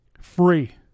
Free